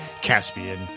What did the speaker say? Caspian